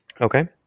Okay